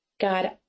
God